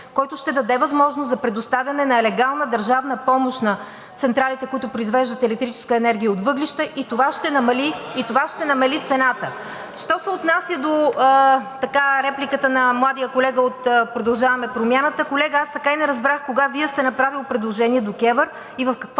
който ще даде възможност за предоставяне на легална държавна помощ на централите, които произвеждат електрическа енергия от въглища, и това ще намали цената. Що се отнася до репликата на младия колега от „Продължаваме Промяната“, колега, аз така и не разбрах кога Вие сте направили предложение до КЕВР и в какво